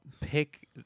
Pick